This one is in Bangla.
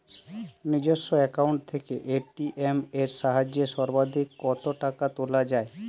নিজস্ব অ্যাকাউন্ট থেকে এ.টি.এম এর সাহায্যে সর্বাধিক কতো টাকা তোলা যায়?